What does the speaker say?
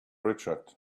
richard